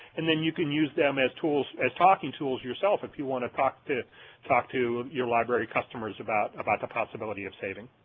and then you can use them as tools, as talking tools yourself if you want to talk to talk to your library customers about about the possibility of saving.